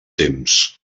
temps